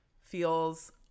feels